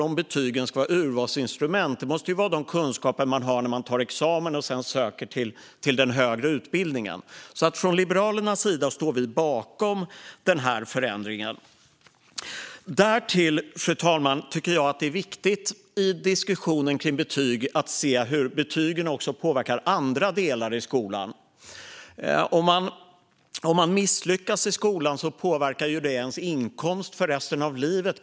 Om betygen ska vara ett urvalsinstrument måste det gälla de kunskaper eleven har vid examen och sedan söker till en högre utbildning. Vi liberaler står bakom förändringen. Fru talman! Det är viktigt i diskussionen om betyg att se hur betygen också påverkar andra delar i skolan. Om man misslyckas i skolan påverkar det ens självkänsla och inkomst för resten av livet.